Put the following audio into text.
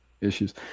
issues